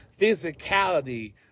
physicality